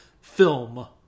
film